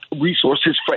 resources